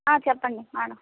చెప్పండి మేడం